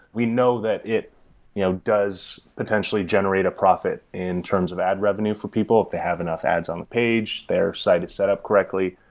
we know that it you know does potentially generate a profit in terms of ad revenue for people if they have enough ads on a page. their site is set up correctly.